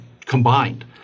combined